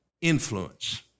influence